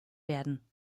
werden